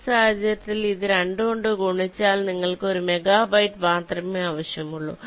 ഈ സാഹചര്യത്തിൽ ഇത് 2 കൊണ്ട് ഗുണിച്ചാൽ നിങ്ങൾക്ക് ഒരു മെഗാബൈറ്റ് മാത്രമേ ആവശ്യമുള്ളൂ